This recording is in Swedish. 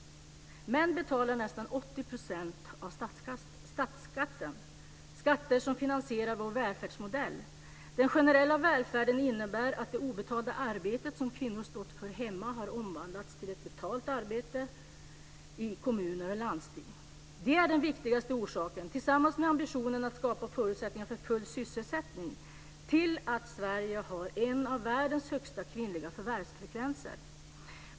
Män betalar 80 % av statsskatten, skatter som finansierar vår välfärd. Den generella välfärden innebär att det obetalda arbete som kvinnor stått för hemma har omvandlats till ett betalt arbete i kommuner och landsting. Det är den viktigaste orsaken, tillsammans med ambitionen att skapa förutsättningar för full sysselsättning, till att Sverige har en av världens högsta kvinnliga förvärvsfrekvenser.